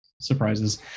surprises